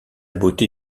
beauté